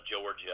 Georgia